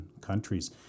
countries